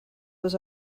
was